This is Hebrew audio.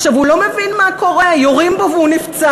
עכשיו, הוא לא מבין מה קורה, יורים בו והוא נפצע.